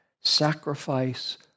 sacrifice